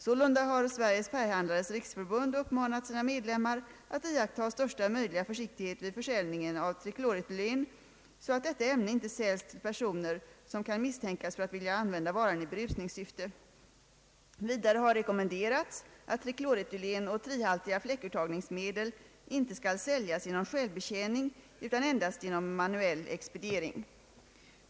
Sålunda har Sveriges Färghandlares riksförbund uppmanat sina medlemmar att iaktta största möjliga försiktighet vid försäljning av trikloretylen, så att detta ämne inte säljs till personer som kan misstänkas för att vilja använda varan i berusningssyfte. Vidare har rekommenderats att trikoretylen och trihaltiga fläckurtagningsmedel inte skall säljas genom självbetjäning utan endast genom manuell expediering.